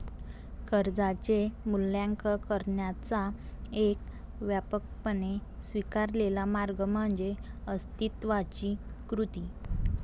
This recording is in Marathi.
कर्जाचे मूल्यांकन करण्याचा एक व्यापकपणे स्वीकारलेला मार्ग म्हणजे अस्तित्वाची कृती